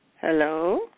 Hello